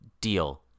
Deal